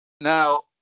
Now